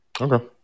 Okay